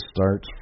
start